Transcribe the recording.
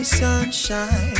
sunshine